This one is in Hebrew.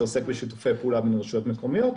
שעוסק בשיתופי פעולה בין רשויות מקומיות,